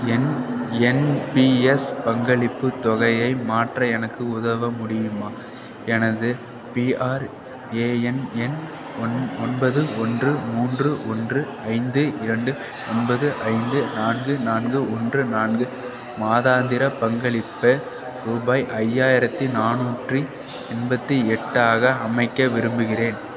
என் N P S பங்களிப்புத் தொகையை மாற்ற எனக்கு உதவ முடியுமா எனது பிஆர்ஏஎன் எண் ஒன் ஒன்பது ஒன்று மூன்று ஒன்று ஐந்து இரண்டு ஒன்பது ஐந்து நான்கு நான்கு ஒன்று நான்கு மாதாந்திர பங்களிப்பை ரூபாய் ஐயாயிரத்தி நானூற்றி எண்பத்தி எட்டாக அமைக்க விரும்புகிறேன்